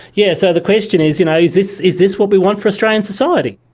yeah so the question is, you know is this is this what we want for australian society?